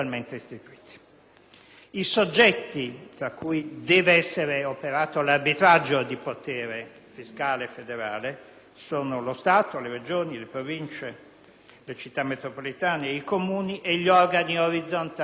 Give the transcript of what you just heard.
I soggetti tra cui deve essere operato l'arbitraggio di potere fiscale e federale sono lo Stato, le Regioni, le Province, le Città metropolitane, i Comuni e gli organi orizzontali di